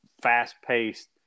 fast-paced